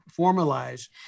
formalize